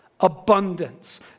Abundance